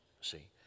see